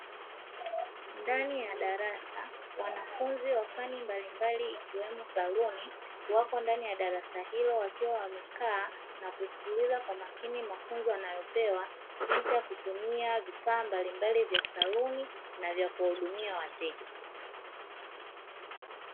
Ndani ya darasa wanafunzi wa fani mbalimbali ikiwemo saluni wapo ndani ya darasa hilo, wakiwa wamekaa na kusikiliza kwa makini mafunzo wanayopewa jinsi ya kutumia vifaa mbalimbali vya saluni na vya kuhudumia wateja.